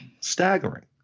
staggering